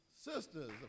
Sisters